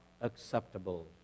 acceptable